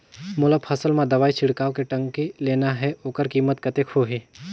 मोला फसल मां दवाई छिड़काव के टंकी लेना हे ओकर कीमत कतेक होही?